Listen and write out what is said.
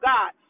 God